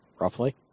Roughly